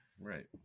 right